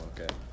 Okay